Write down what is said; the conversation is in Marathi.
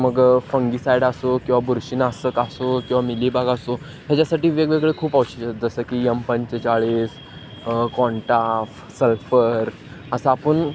मग फंगीसाईड असो किंवा बुरशीनाशक असो किंवा मिलीबग असो ह्याच्यासाठी वेगवेगळे खूप औषध जसं की यम पंचेळीस कोण्टाफ सल्फर असं आपण